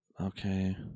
Okay